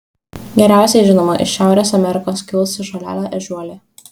geriausiai žinoma iš šiaurės amerikos kilusi žolelė ežiuolė